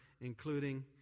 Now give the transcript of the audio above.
including